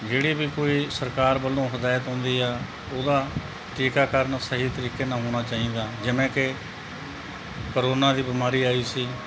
ਜਿਹੜੀ ਵੀ ਕੋਈ ਸਰਕਾਰ ਵੱਲੋਂ ਹਦਾਇਤ ਆਉਂਦੀ ਆ ਉਹਦਾ ਟੀਕਾਕਰਨ ਸਹੀ ਤਰੀਕੇ ਨਾਲ ਹੋਣਾ ਚਾਹੀਦਾ ਜਿਵੇਂ ਕਿ ਕਰੋਨਾ ਦੀ ਬਿਮਾਰੀ ਆਈ ਸੀ